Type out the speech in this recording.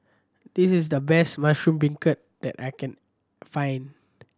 this is the best mushroom beancurd that I can find